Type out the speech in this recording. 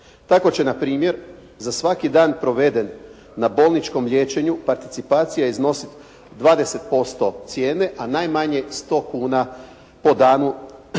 Tako će npr. za svaki dan proveden na bolničkom liječenju participacija iznosit 20% cijene, a najmanje 100 kuna po danu.